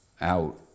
out